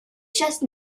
chasse